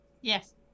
Yes